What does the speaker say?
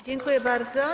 Dziękuję bardzo.